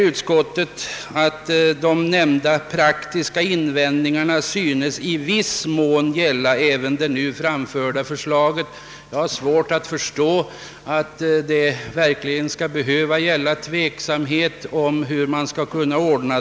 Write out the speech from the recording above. Utskottet säger nu: »De nämnda praktiska invändningarna synes i viss mån gälla även det nu framförda förslaget.» Jag har svårt att förstå att det verkligen skall behöva råda tveksamhet om hur detta skall ordnas.